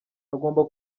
hagomba